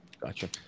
Gotcha